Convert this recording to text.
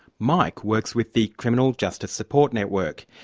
mike works with the criminal justice support network.